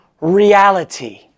reality